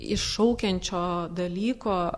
iššaukiančio dalyko